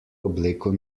obleko